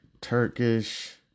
Turkish